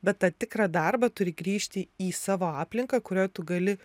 bet tą tikrą darbą turi grįžti į savo aplinką kurioj tu gali